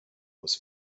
was